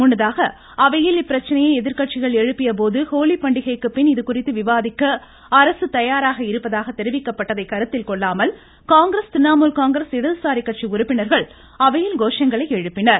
முன்னதாக அவையில் இப்பிரச்சினையை எதிர்கட்சிகள் எழுப்பிய போது ஹோலி பண்டிகைக்கு பின் இது குறித்து விவாதிக்க அரசு தயாராக இருப்பதாக தெரிவிக்கப்பட்டதை கருத்தில் கொள்ளாமல் காங்கிரஸ் திரிணாமுல் காங்கிரஸ் இடதுசாரி கட்சி உறுப்பினர்கள் அவையில் கோஷங்களை எழுப்பினர்